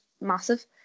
massive